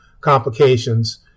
complications